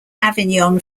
avignon